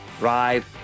ride